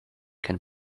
can